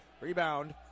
Rebound